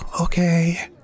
Okay